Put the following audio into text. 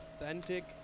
authentic